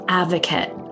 advocate